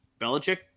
Belichick